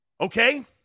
okay